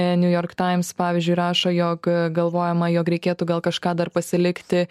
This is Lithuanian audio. new york times pavyzdžiui rašo jog galvojama jog reikėtų gal kažką dar pasilikti